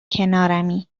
کنارمی